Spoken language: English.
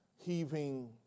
heaving